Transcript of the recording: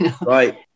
Right